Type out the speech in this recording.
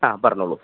ആ പറഞ്ഞോളൂ